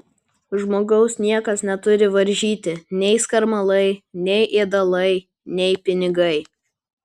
žmogaus niekas neturi varžyti nei skarmalai nei ėdalai nei pinigai